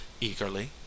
eagerly